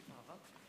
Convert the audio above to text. יש לך ארבע דקות.